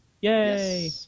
Yay